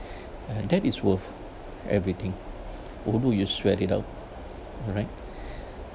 uh that is worth everything although you sweat it out alright